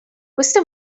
queste